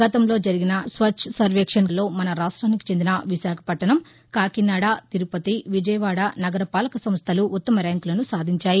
గతంలో జరిగిన స్వచ్ఛసర్వేక్షణ్లలో మస రాష్ట్రానికి చెందిన విశాఖపట్టణం కాకినాడ తిరుపతి విజయవాడ నగరపాలక సంస్థలు ఉత్తమ ర్యాంకులను సాధించాయి